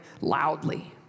loudly